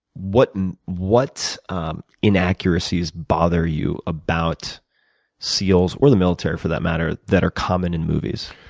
what and what um inaccuracies bother you about seals or the military, for that matter, that are common in movies?